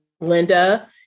Linda